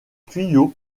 tuyaux